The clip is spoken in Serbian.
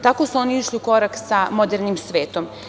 Tako su oni išli u korak sa modernim svetom.